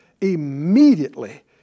immediately